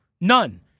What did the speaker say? None